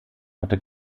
hatte